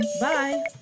bye